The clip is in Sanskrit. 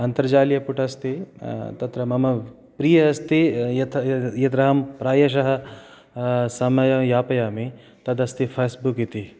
अन्तर्जालीयपुटम् अस्ति तत्र मम प्रिय अस्ति यत् यत्राहं प्रायशः समयं यापयामि तद् अस्ति फ़स्ट् बुक् इति